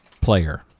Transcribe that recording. player